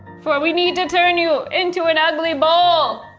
for we need to turn you into an ugly bowl.